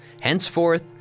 Henceforth